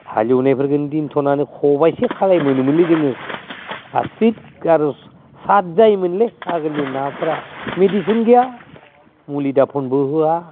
हालएवनायफोरखौनो दोन्थ'नानै खबाइसे खालाय मोनोमोनलै जोङो आसिथगारस साथ जायोमोनलै आगोलनि नाफोरा मेडिसिन गैया मुलि दाफोनबो होआ